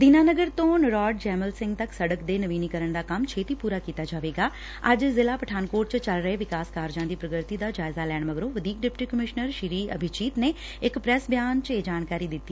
ਦੀਨਾਨਗਰ ਤੋਂ ਨਰੋੜ ਜੈਮਲ ਸਿੰਘ ਤੱਕ ਸੜਕ ਦੇ ਨਵੀਨੀਕਰਨ ਦਾ ਕੰਮ ਛੇਤੀ ਪੂਰਾ ਕੀਤਾ ਜਾਵੇਗਾ ਅੱਜ ਜ਼ਿਲ੍ਹਾ ਪਠਾਨਕੋਟ ਚ ਚਲ ਰਹੇ ਵਿਕਾਸ ਕਾਰਜਾ ਦੀ ਪ੍ਰਗਤੀ ਦਾ ਜਾਇਜ਼ਾ ਲੈਣ ਮਗਰੋਂ ਵਧੀਕ ਡਿਪਟੀ ਕਮਿਸ਼ਨਰ ਸ੍ਰੀ ਅਭਿਜੀਤ ਨੇ ਇਕ ਪ੍ਰੈਸ ਬਿਆਨ ਰਾਹੀਂ ਇਹ ਜਾਣਕਾਰੀ ਦਿੱਤੀ